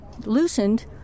loosened